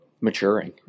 maturing